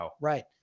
Right